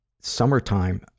summertime